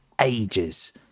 ages